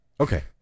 Okay